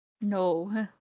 No